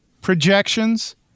projections